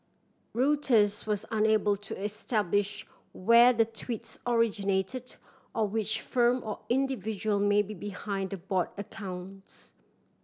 Reuters was unable to establish where the tweets originated or which firm or individual may be behind the bot accounts